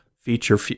feature